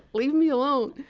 leave me alone.